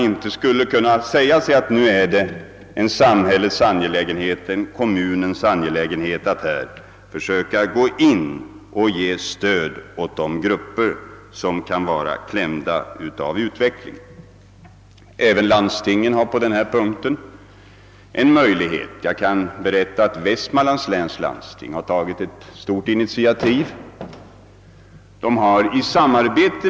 De finner kanske då att det är kommunens angelägenhet att försöka hjälpa de grupper som blir klämda av utvecklingen. även landstingen kan hjälpa till härmed. Jag kan berätta att Västmanlands läns landsting har tagit ett initiativ i en sådan fråga.